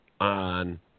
on